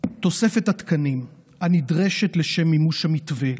תוספת התקנים הנדרשת לשם מימוש המתווה,